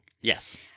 Yes